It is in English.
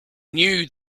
knew